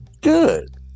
good